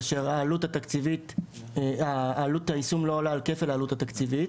כאשר עלות היישום לא עולה על כפל העלות התקציבית,